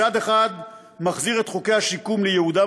מצד אחד הוא מחזיר את חוקי השיקום לייעודם